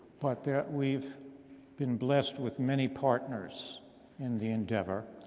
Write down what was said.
but we've been blessed with many partners in the endeavor.